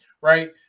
Right